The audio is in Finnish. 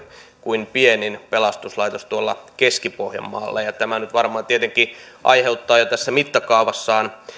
kuin pienin pelastuslaitos tuolla keski pohjanmaalla ja ja tämä nyt varmaan tietenkin aiheuttaa jo tässä mittakaavassaan